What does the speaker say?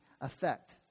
effect